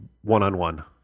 one-on-one